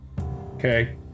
okay